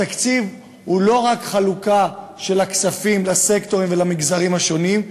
התקציב הוא לא רק חלוקה של הכספים לסקטורים ולמגזרים השונים,